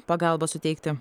pagalbą suteikti